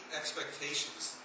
expectations